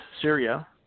Syria